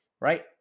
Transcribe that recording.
right